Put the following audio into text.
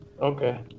Okay